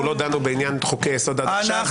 לא דנו בעניין חוקי יסוד עד עכשיו,